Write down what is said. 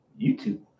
YouTube